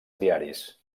diaris